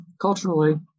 culturally